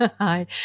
Hi